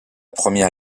première